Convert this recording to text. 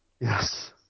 Yes